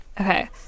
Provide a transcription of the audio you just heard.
Okay